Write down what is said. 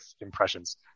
impressions